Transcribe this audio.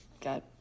got